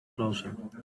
closer